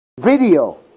video